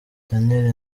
daniel